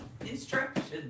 instructions